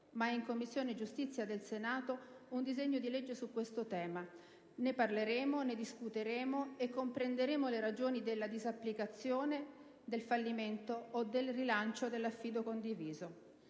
Ma è in Commissione giustizia del Senato un disegno di legge su questo tema: ne parleremo, ne discuteremo e comprenderemo le ragioni della disapplicazione, del fallimento o del rilancio dell'affido condiviso.